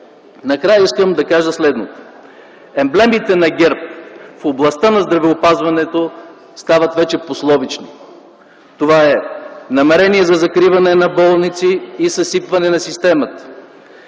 Накрая искам да кажа следното: емблемите на ГЕРБ в областта на здравеопазването стават вече пословични. Това е намерение за закриване на болници и съсипване на системата,